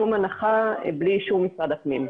שום הנחה בלי אישור משרד הפנים,